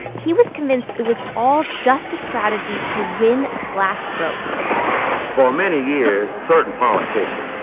he was convinced it was all just a strategy to win black votes for many years, certain politicians,